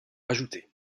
ajoutées